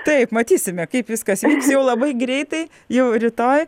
taip matysime kaip viskas vyks jau labai greitai jau rytoj